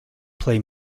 play